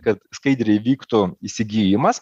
kad skaidriai vyktų įsigijimas